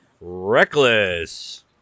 Reckless